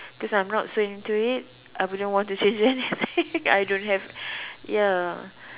cause I'm not so into it I wouldn't want to change anything I don't have ya